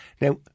Now